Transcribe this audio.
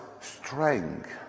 strength